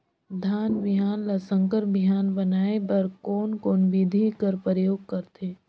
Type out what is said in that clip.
धान बिहान ल संकर बिहान बनाय बर कोन कोन बिधी कर प्रयोग करथे?